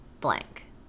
blank